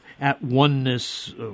at-oneness